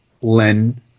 Len